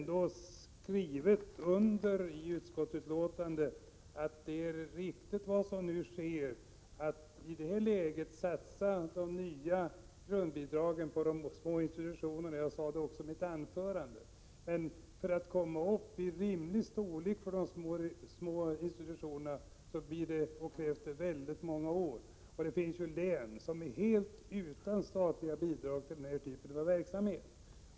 Det står i utskottsbetänkandet, och jag sade det också i mitt anförande, att det är riktigt att i detta läge satsa det nya grundbidraget på de små institutionerna, men det tar många år innan bidraget kan anses vara rimligt. Det finns län som inte får några statliga bidrag till denna typ av verksamhet.